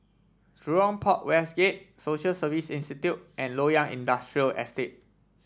Jurong Port West Gate Social Service Institute and Loyang Industrial Estate